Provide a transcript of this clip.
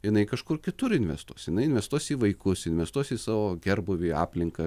jinai kažkur kitur investuos jinai investuos į vaikus investuos į savo gerbūvį aplinką